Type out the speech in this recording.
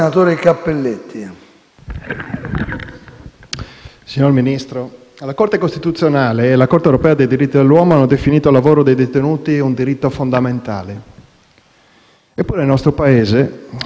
Signor Ministro, la Corte costituzionale e la Corte europea dei diritti dell'uomo hanno definito il lavoro dei detenuti un diritto fondamentale. Eppure nel nostro Paese sono solo un esiguo numero